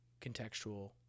contextual